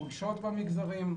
חולשות במגזרים.